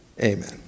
amen